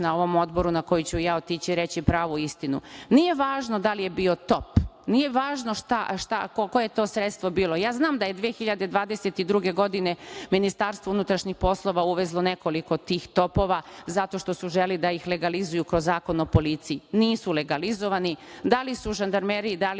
na ovom odboru, na koji ću i ja otići, reći pravu istinu. Nije važno da li je bio top, nije važno koje je to sredstvo bilo, ja znam da je 2022. godine Ministarstvo unutrašnjih poslova uvezlo nekoliko tih topova, zato što su želeli da ih legalizuju kroz Zakon o policiji. Nisu legalizovani. Da li su u žandarmeriji, da li